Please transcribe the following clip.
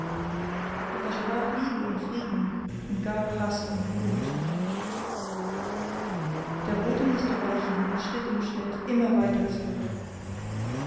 er versprach liebe und frieden und gab haß und blut der rote mußte weichen schritt um schritt immer weiter zurück